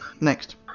Next